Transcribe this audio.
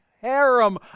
harem